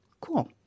cool